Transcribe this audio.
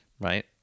Right